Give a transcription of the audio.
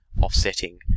offsetting